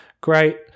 great